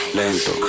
lento